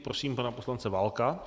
Prosím pana poslance Válka.